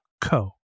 co